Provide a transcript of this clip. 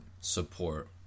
support